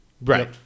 Right